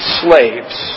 slaves